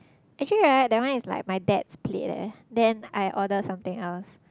actually right that one is like my dad's plate leh then I order something else